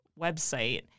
website